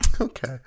Okay